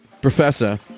Professor